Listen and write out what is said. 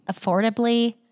affordably